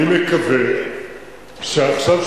אני מקווה שעכשיו,